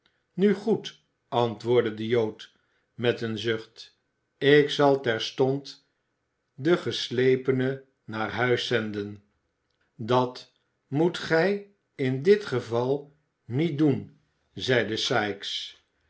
nu goed antwoordde de jood met een zucht ik zal terstond den geslepene naar huis zenden dat moet gij in dit geval niet doen zeide sikes